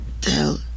tell